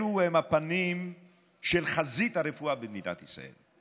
אלו הם הפנים של חזית הרפואה במדינת ישראל.